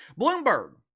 Bloomberg